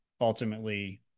ultimately